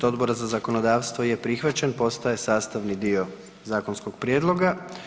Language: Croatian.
Odbora za zakonodavstvo je prihvaćen, postaje sastavni dio zakonskog prijedloga.